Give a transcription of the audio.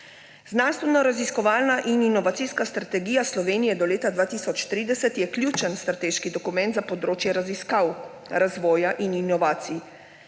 Znanstvenoraziskovalna in inovacijska strategija Slovenije do leta 2030, ključen strateški dokument za področje raziskav, razvoja in inovacij,